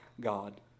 God